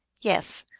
yes,